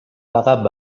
عقب